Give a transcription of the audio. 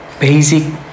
basic